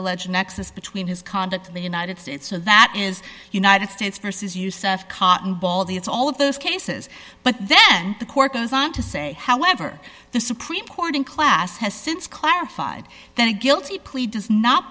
allege nexus between his conduct to the united states and that is united states versus yusef cotton ball the it's all of those cases but then the court goes on to say however the supreme court in class has since clarified that a guilty plea does not